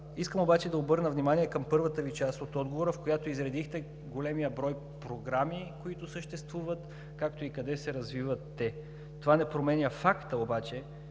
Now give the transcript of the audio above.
Искам обаче да обърна внимание към първата част от отговора Ви, в която изредихте големия брой програми, които съществуват, както и къде се развиват те. Това не променя факта обаче,